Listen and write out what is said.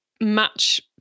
match